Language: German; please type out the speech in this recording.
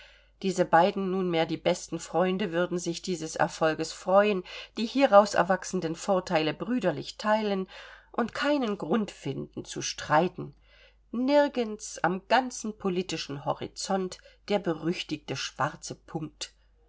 diese beiden nunmehr die besten freunde würden sich dieses erfolges freuen die hieraus erwachsenden vorteile brüderlich teilen und keinen grund finden zu streiten nirgends am ganzen politischen horizont der berüchtigte schwarze punkt